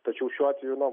tačiau šiuo atveju na